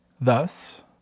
Thus